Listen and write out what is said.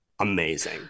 Amazing